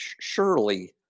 surely